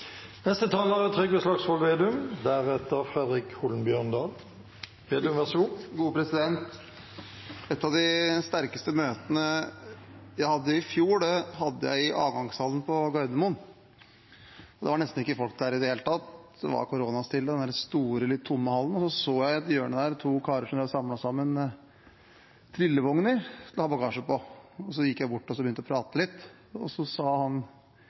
var nesten ikke folk der i det hele tatt. Det var koronastille i den store, litt tomme hallen, men da så jeg i et hjørne to karer som drev og samlet sammen trillevogner til å ha bagasje på. Jeg gikk bort og begynte å prate litt, og så sa han